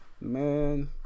man